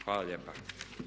Hvala lijepa.